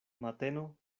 mateno